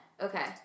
okay